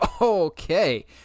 Okay